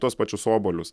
tuos pačius obuolius